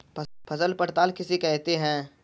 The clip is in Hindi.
फसल पड़ताल किसे कहते हैं?